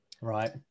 Right